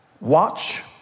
Watch